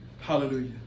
Hallelujah